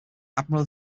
admiral